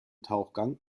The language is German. tauchgang